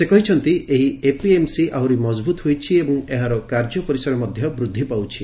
ସେ କହିଛନ୍ତି ଏହି ଏପିଏମ୍ସି ଆହୁରି ମଜବୁତ ହୋଇଛି ଏବଂ ଏହାର କାର୍ଯ୍ୟ ପରିସର ମଧ୍ୟ ବୃଦ୍ଧି ପାଉଛି